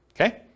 okay